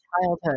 childhood